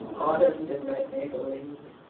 autumn's in red maple leaves,